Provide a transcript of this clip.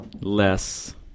less